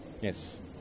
yes